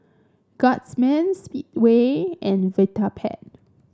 Guardsman Speedway and Vitapet